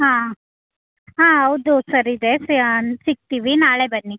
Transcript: ಹಾಂ ಹಾಂ ಹಾಂ ಹೌದು ಸರ್ ಇದೆ ಸ್ಯಾನ್ ಸಿಕ್ತೀವಿ ನಾಳೆ ಬನ್ನಿ